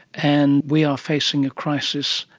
and we are facing a crisis,